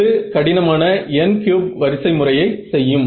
அது கடினமான n cube வரிசை முறையை செய்யும்